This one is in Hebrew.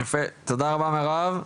תודה רבה, מירב.